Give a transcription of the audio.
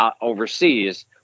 overseas